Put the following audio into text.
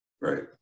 Right